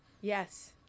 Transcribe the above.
Yes